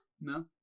No